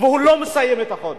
ולא מסיים את החודש?